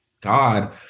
God